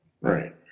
Right